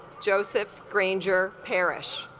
joseph granger parish